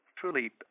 truly